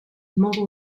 model